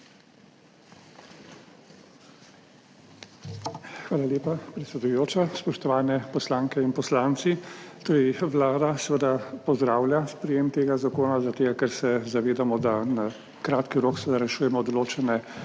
Hvala lepa, predsedujoča. Spoštovani poslanke in poslanci! Vlada seveda pozdravlja sprejem tega zakona zaradi tega, ker se zavedamo, da na kratki rok seveda rešujemo določene